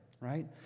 right